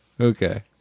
Okay